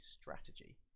strategy